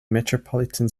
metropolitan